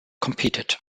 competed